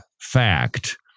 fact